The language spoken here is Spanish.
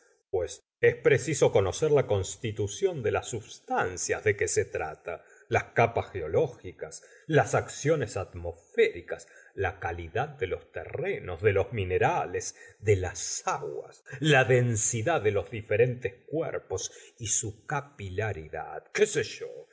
pues es preciso conocer la constitución de las substancias de que se trata las capas geológicas las acciones atmosféricas la calidad de los terrenos de los minerales de las aguas la densidad de los diferentes cuerpos y su capilaridad qué sé yo es